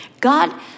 God